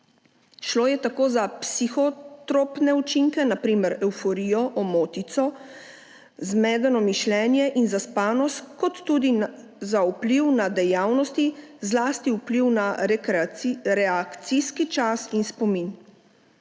Šlo je tako za psihotropne učinke, na primer evforijo, omotico, zmedeno mišljenje in zaspanost, kot tudi za vpliv na dejavnosti, zlasti vpliv na reakcijski čas in spomin.